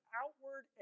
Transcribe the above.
outward